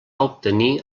obtenir